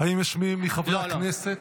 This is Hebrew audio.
האם יש מי מחברי הכנסת,